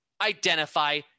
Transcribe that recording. identify